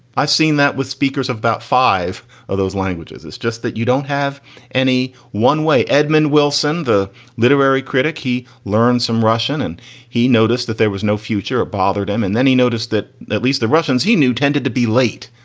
i've seen that with speakers of about five of those languages. it's just that you don't have any one way. edmund wilson, the literary critic, he learned some russian and he noticed that there was no future. it bothered him. and then he noticed that at least the russians he knew tended to be late.